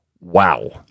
wow